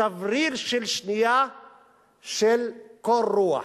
שבריר של שנייה של קור רוח.